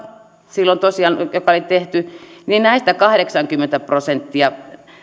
joka tosiaan silloin oli tehty näistä vastaajista kahdeksankymmentä prosenttia